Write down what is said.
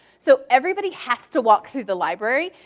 so everybody has to walk through the library.